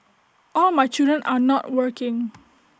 all my children are not working